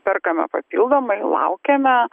perkame papildomai laukiame